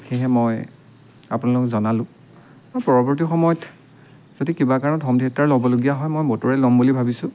সেয়েহে মই আপোনালোকক জনালোঁ পৰৱৰ্তী সময়ত যদি কিবা কাৰণত হোম থিয়েটাৰ ল'বলগীয়া হয় মই ব'টৰে ল'ম বুলি ভাবিছোঁ